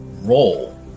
role